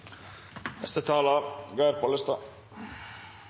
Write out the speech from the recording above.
Neste taler